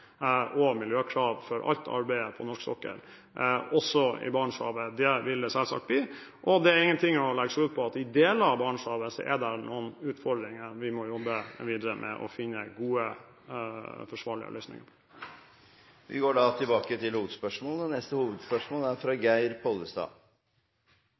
og miljøkrav for alt arbeidet på norsk sokkel – også i Barentshavet. Det vil vi selvsagt fortsatt ha. Det er ingen ting å legge skjul på at i deler av Barentshavet er det noen utfordringer vi må jobbe videre med for å finne gode forsvarlige løsninger på. Vi går til neste hovedspørsmål. Mitt hovedspørsmål går til olje- og energiministeren. Et viktig klimatiltak er